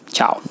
Ciao